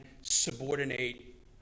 subordinate